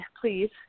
please